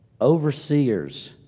overseers